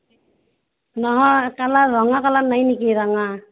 নহয় কালাৰ ৰঙা কালাৰ নাই নেকি ৰঙা